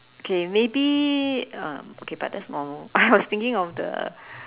okay maybe um but that's normal I was thinking of the